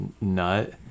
nut